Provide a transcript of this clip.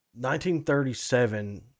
1937